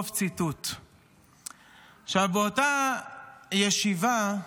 באותה ישיבה,